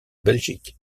belgique